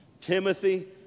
Timothy